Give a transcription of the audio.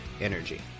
energy